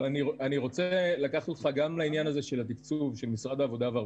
היה כתוב שם שהמצלמות לא יהיו מחוברות